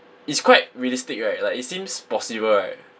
it's quite realistic right like it seems possible right